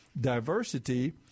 diversity